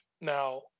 Now